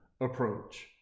approach